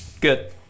good